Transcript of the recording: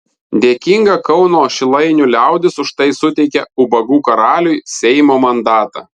dėkinga kauno šilainių liaudis už tai suteikė ubagų karaliui seimo mandatą